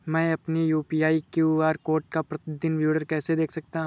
मैं अपनी UPI QR code का प्रतीदीन विवरण कैसे देख सकता हूँ?